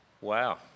Wow